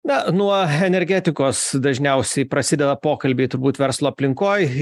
na nuo energetikos dažniausiai prasideda pokalbiai turbūt verslo aplinkoj